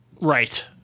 Right